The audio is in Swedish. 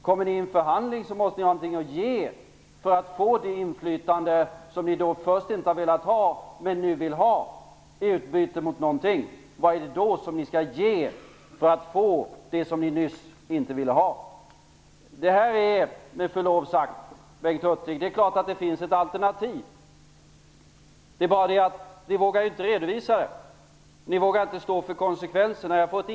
Kommer ni i en förhandling måste ni ha någonting att ge för att få det inflytande som ni först inte velat ha men som ni nu vill ha i utbyte mot någonting. Vad är det då som ni skall ge för att få det som ni nyss inte ville ha? Det är klart att det finns ett alternativ, Bengt Hurtig. Det är bara det att ni inte vågar redovisa det. Ni vågar inte stå för konsekvenserna.